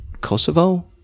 Kosovo